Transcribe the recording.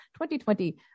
2020